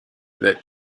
that